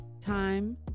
time